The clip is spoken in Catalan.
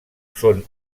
són